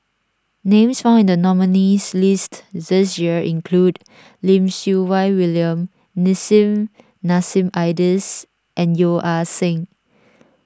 names found nominees' list this year include Lim Siew Wai William Nissim Nassim Adis and Yeo Ah Seng